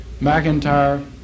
McIntyre